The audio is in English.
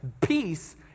peace